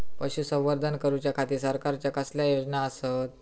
पशुसंवर्धन करूच्या खाती सरकारच्या कसल्या योजना आसत?